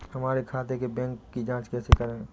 हमारे खाते के बैंक की जाँच कैसे करें?